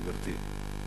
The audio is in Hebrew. גברתי.